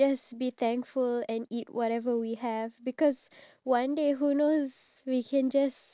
who are dealing with no food at all you know having maybe one meal in a week